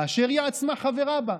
כאשר היא עצמה חברה בה.